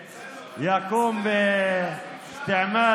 שקר.